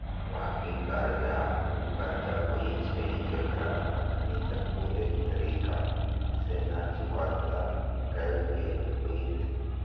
बाँकी कर्जा उ कर्जा होइ छइ जेकरा अखनी तक पूरे तरिका से न चुक्ता कएल गेल होइत